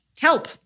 help